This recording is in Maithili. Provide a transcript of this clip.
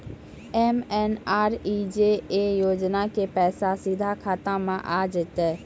एम.एन.आर.ई.जी.ए योजना के पैसा सीधा खाता मे आ जाते?